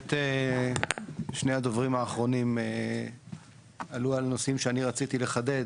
האמת שני הדוברים האחרונים עלו על נושאים שאני רציתי לחדד,